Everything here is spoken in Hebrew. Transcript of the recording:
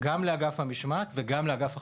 גם לאגף המשמעת וגם לאגף החקירות.